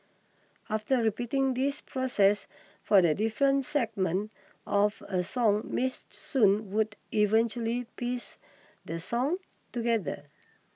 after repeating this process for the different segments of a song Miss Soon would eventually piece the song together